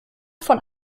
von